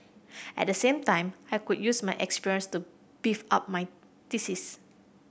at the same time I could use my experience to beef up my thesis